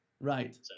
Right